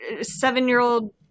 seven-year-old